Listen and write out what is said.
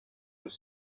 was